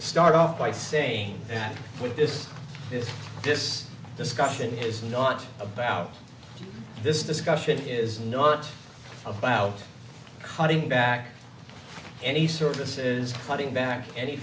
start off by saying that with this is this discussion is not about this discussion is not about cutting back any service is cutting back any